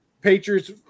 Patriots